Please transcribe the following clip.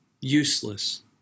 useless